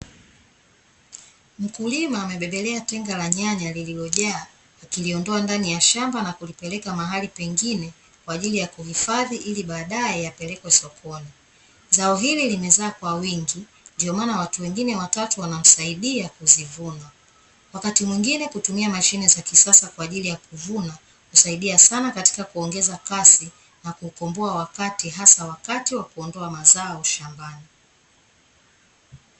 Mkulima amebebelea tenga la nyanya lililojaa akiliondoa ndani ya shamba na kulipeleka mahali pengine kwa ajili ya kuhifadhi ili baadaye yapelekwe sokoni. Zao hili limezaa kwa wingi ndio maana watu wengine watatu wanamsaidia kuzivuna. Wakati mwingine kutumia mashine za kisasa kwa ajili ya kuvuna, husaidia sana katika kuongeza kasi na kukomboa wakati hasa wakati wa kuondoa mazao shambani.